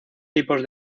tipos